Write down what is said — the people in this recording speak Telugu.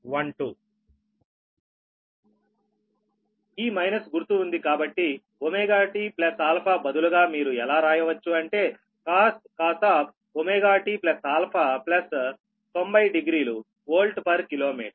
ఈ మైనస్ గుర్తు ఉంది కాబట్టి ωtα బదులుగా మీరు ఎలా రాయవచ్చు అంటేcos ωtα900 వోల్ట్ పర్ కిలోమీటర్